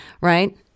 right